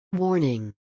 Warning